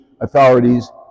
authorities